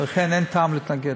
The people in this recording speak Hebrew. ולכן אין טעם להתנגד.